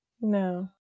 no